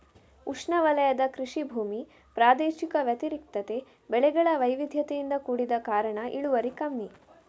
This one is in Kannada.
ಉಷ್ಣವಲಯದ ಕೃಷಿ ಭೂಮಿ ಪ್ರಾದೇಶಿಕ ವ್ಯತಿರಿಕ್ತತೆ, ಬೆಳೆಗಳ ವೈವಿಧ್ಯತೆಯಿಂದ ಕೂಡಿದ ಕಾರಣ ಇಳುವರಿ ಕಮ್ಮಿ